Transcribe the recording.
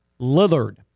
Lillard